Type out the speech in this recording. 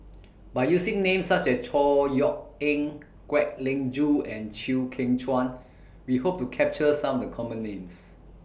By using Names such as Chor Yeok Eng Kwek Leng Joo and Chew Kheng Chuan We Hope to capture Some The Common Names